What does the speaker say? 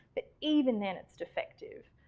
but even then, it's defective.